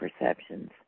perceptions